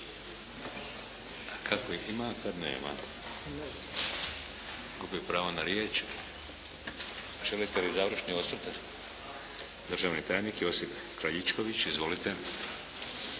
Izvolite. Nema ga. Gubi pravo na riječ. Želite li završni osvrt? Da. Državni tajnik Josip Kraljičković. Izvolite.